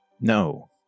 No